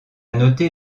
noter